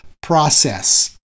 process